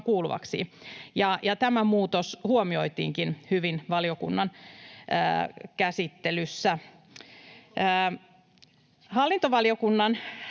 kuuluvaksi. Tämä muutos huomioitiinkin hyvin valiokunnan käsittelyssä. Hallintovaliokunnan